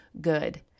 good